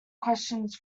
questions